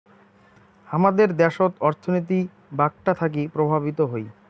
হামাদের দ্যাশোত অর্থনীতি বাঁকটা থাকি প্রভাবিত হই